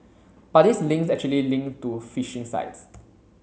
but these links actually link to phishing sites